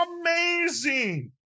amazing